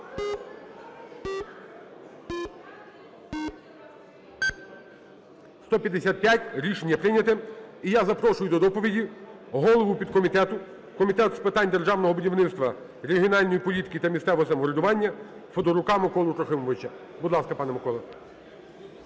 За-155 Рішення прийнято. І я запрошую до доповіді голову підкомітету Комітету з питань державного будівництва, регіональної політики та місцевого самоврядування Федорука Миколу Трохимовича. Будь ласка, пане Миколо.